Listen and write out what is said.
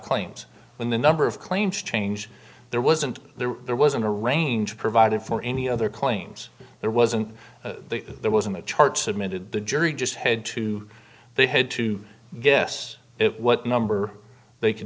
claims when the number of claims change there wasn't there there wasn't a range provided for any other claims there wasn't there wasn't a charge submitted the jury just head to they had to guess it what number they c